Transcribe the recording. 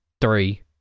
three